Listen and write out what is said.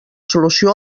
solució